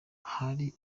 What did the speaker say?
hari